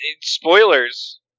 spoilers